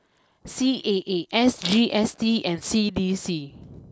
C A A S G S T and C D C